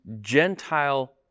Gentile